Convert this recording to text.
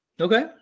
Okay